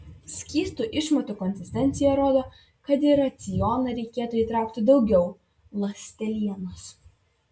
skystų išmatų konsistencija rodo kad į racioną reikėtų įtraukti daugiau ląstelienos